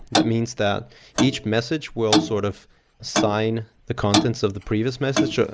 that means that each message will sort of sign the contents of the previous message.